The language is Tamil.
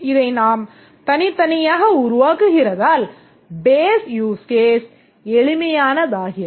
இதை நாம் தனித்தனியாக உருவாக்குகிறதால் base use case எளிமையானதாகிறது